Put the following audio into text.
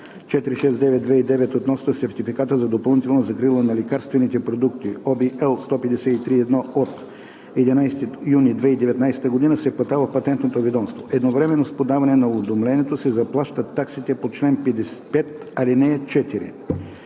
469/2009 относно сертификата за допълнителна закрила на лекарствените продукти (ОВ, L 153/1 от 11 юни 2019 г.) се подава в Патентното ведомство. Едновременно с подаване на уведомлението се заплащат таксите по чл. 5, ал. 4.